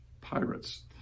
pirates